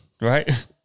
right